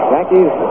Yankees